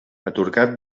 atorgat